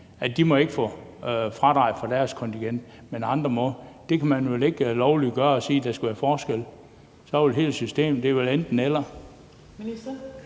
at de ikke må få fradrag for deres kontingent, men andre må? Det kan man vel ikke lovliggøre og sige, at der skal være forskel i forhold til systemet – det er vel enten-eller.